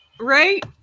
Right